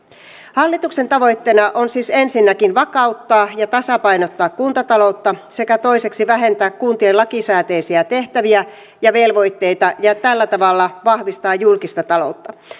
hallituksen tavoitteena on siis ensinnäkin vakauttaa ja tasapainottaa kuntataloutta sekä toiseksi vähentää kuntien lakisääteisiä tehtäviä ja velvoitteita ja tällä tavalla vahvistaa julkista taloutta